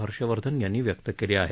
हर्षवर्धन यांनी व्यक्त केली आहे